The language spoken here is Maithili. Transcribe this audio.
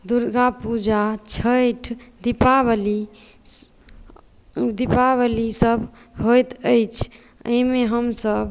दुर्गापूजा छठि दीपावली दीपावलीसभ होइत अछि एहिमे हमसभ